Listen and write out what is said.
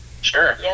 Sure